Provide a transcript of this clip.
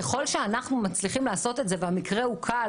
ככל שאנחנו מצליחים לעשות את זה והמקרה הוא קל